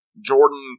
Jordan